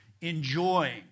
enjoying